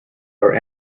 are